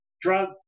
drug